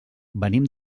venim